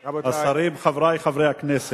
השרים, חברי חברי הכנסת,